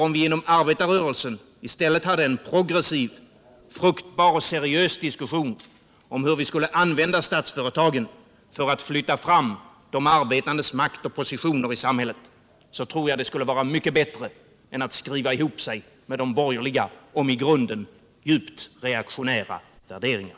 Om vi inom arbetarrörelsen i stället hade en progressiv, fruktbar och seriös diskussion om hur vi skulle använda statsföretagen för att flytta fram de arbetandes makt och positioner i samhället, tror jag det vore mycket bättre än att skriva ihop sig med de borgerliga om i grunden djupt reaktionära värderingar.